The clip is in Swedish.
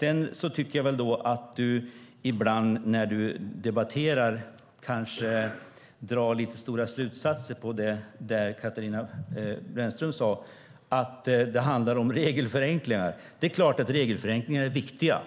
Men jag tycker att du ibland, när du debatterar, drar lite väl långtgående slutsatser av till exempel det Katarina Brännström sade, att det handlar om regelförenklingar. Det är klart att regelförenklingar är viktiga.